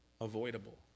avoidable